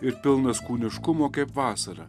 ir pilnas kūniškumo kaip vasara